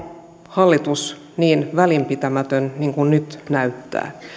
hallitus niin välinpitämätön kuin miltä nyt näyttää